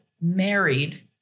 married